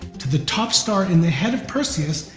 to the top star in the head of perseus,